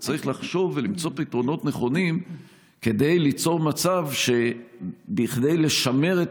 וצריך לחשוב ולמצוא פתרונות נכונים כדי ליצור מצב שכדי לשמר את